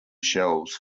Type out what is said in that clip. shells